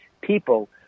people